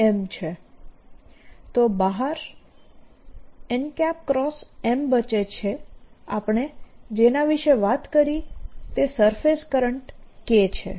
તો બહાર nM બચે છે આપણે જેના વિષે વાત કરી તે સરફેસ કરંટ K છે